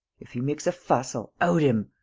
if he makes a fuss, i'll out him,